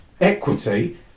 equity